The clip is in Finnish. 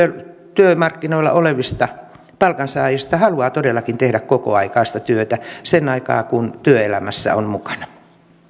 työmarkkinoilla olevista palkansaajista haluaa todellakin tehdä kokoaikaista työtä sen aikaa kun työelämässä on mukana